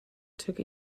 took